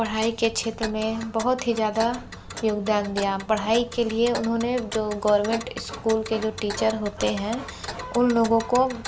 पढ़ाई के क्षेत्र में बहुत ही ज़्यादा योगदान दिया पढ़ाई के लिए उन्होंने जो गवर्नमेंट स्कूल के जो टीचर होते हैं उन लोगों को